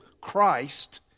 christ